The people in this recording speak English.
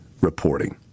reporting